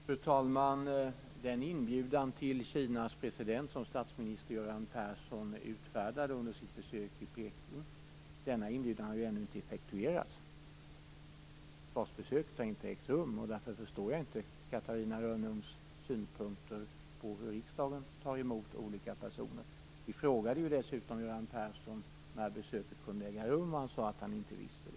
Fru talman! Den inbjudan till Kinas president som statsminister Göran Persson utfärdade under sitt besök i Peking har ännu inte effektuerats. Svarsbesöket har inte ägt rum. Därför förstår jag inte Catarina Rönnungs synpunkter på hur riksdagen tar emot olika personer. Vi frågade dessutom Göran Persson när besöket kunde äga rum, och han sade att han inte visste det.